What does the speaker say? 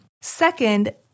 Second